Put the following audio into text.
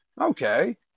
Okay